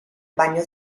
bagno